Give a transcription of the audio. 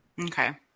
Okay